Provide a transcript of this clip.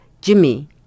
Jimmy